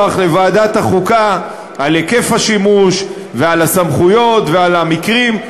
לוועדת החוקה על היקף השימוש ועל הסמכויות ועל המקרים.